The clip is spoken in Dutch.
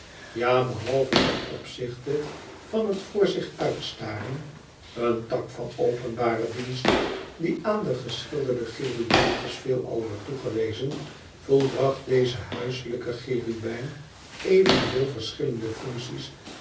ja behalve ten opzichte van het voor zich uitstaren een tak van openbaren dienst die aan de geschilderde cherubijntjes veelal wordt toegewezen volbracht deze huiselijke cherubijn venveel verschillende functies